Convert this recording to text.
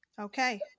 Okay